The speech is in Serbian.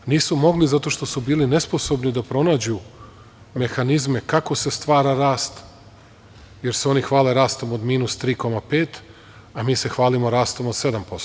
Nisu mogli zato što su bili nesposobni da pronađu mehanizme kako se stvara rast, jer se oni hvale rastom od -3,5, a mi se hvalimo rastom od 7%